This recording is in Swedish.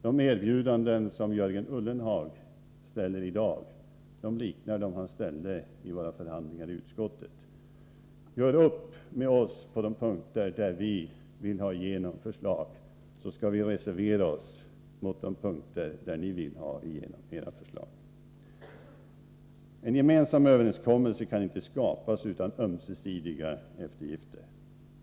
De erbjudanden som Jörgen Ullenhag ger i dag liknar dem han gav i våra förhandlingar i utskottet: Gör upp med oss på de punkter där vi vill ha igenom förslag, så skall vi reservera oss på de punkter där ni vill ha igenom era förslag. En gemensam överenskommelse kan inte skapas utan ömsesidiga eftergifter.